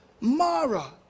Mara